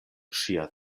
ŝia